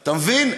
אתה מבין?